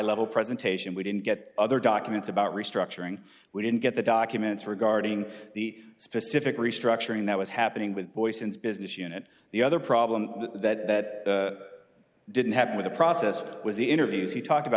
level presentation we didn't get the other documents about restructuring we didn't get the documents regarding the specific restructuring that was happening with boy since business unit the other problem that didn't happen with the process was the interviews he talked about